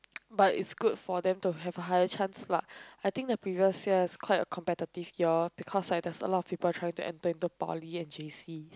but is good for them to have a higher chance lah I think the previous year is quite a competitive year because like there's a lot of people trying to enter into poly and j_c